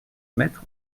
mettre